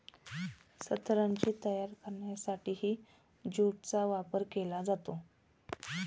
सतरंजी तयार करण्यासाठीही ज्यूटचा वापर केला जातो